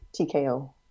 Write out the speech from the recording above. TKO